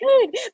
Good